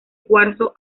cuarzo